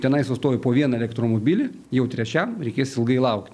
tenai sustojo po vieną elektromobilį jau trečiam reikės ilgai laukti